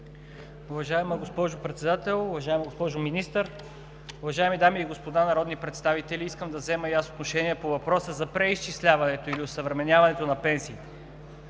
Уважаема госпожо Председател, уважаема госпожо Министър, уважаеми дами и господа народни представители! Искам да взема отношение по въпроса за преизчисляването или осъвременяването на пенсиите.